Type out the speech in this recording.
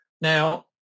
Now